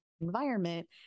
environment